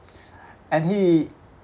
and he